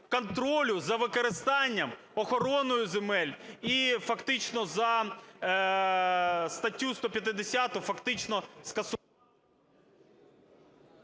контролю за використанням, охороною земель? І, фактично, за статтю 150, фактично… ГОЛОВУЮЧИЙ.